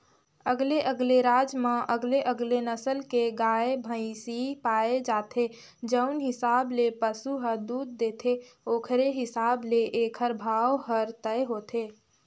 अलगे अलगे राज म अलगे अलगे नसल के गाय, भइसी पाए जाथे, जउन हिसाब ले पसु ह दूद देथे ओखरे हिसाब ले एखर भाव हर तय होथे